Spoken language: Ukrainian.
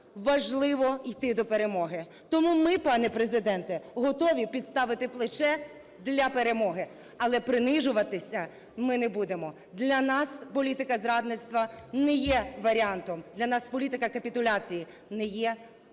важливо йти до перемоги. Тому ми, пане Президенте, готові підставити плече для перемоги, але принижуватися ми не будемо. Для нас політика зрадництва не є варіантом, для нас політика капітуляції не є варіантом.